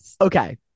okay